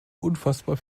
unfassbar